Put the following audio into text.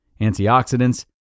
antioxidants